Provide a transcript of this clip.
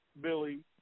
Billy